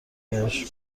بهش